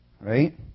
Right